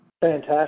Fantastic